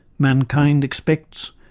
mankind expects,